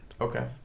okay